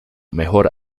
mejor